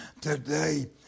today